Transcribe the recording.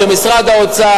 שמשרד האוצר,